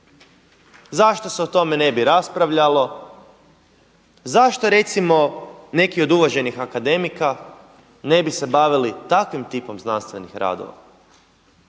Zašto se o tome ne bi raspravljalo, zašto recimo neki od uvaženih akademika ne bi se bavili takvim tipom znanstvenih radova?